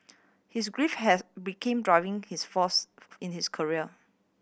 his grief has became driving his force in his career